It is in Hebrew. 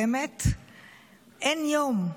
באמת אין יום,